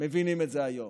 מבינים את זה היום,